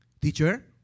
Teacher